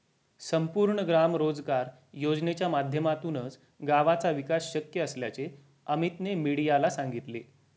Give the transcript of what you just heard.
संपूर्ण ग्राम रोजगार योजनेच्या माध्यमातूनच गावाचा विकास शक्य असल्याचे अमीतने मीडियाला सांगितले